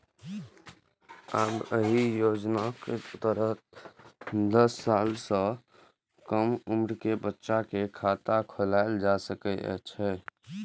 आब एहि योजनाक तहत दस साल सं कम उम्र के बच्चा के खाता खोलाएल जा सकै छै